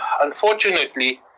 unfortunately